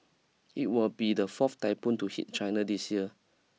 it will be the fourth typhoon to hit China this year